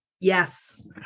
Yes